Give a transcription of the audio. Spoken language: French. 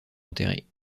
enterré